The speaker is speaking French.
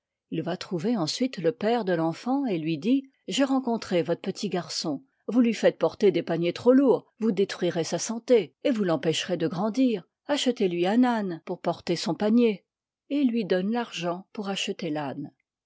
il va trouver ensuite le pcre de tenfant et lui dit j'ai rencontré votre petit garçon vous lui faites porter des paniers trop louixls vous détruirez sa santé et vous tciivr pécherez de grandir achetez lui un âne ao y pour porter son panier et il lui donne vfi r l'argent pour acheter l'âne liy l